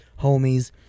homies